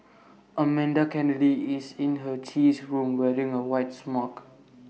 Amanda Kennedy is in her cheese room wearing A white smock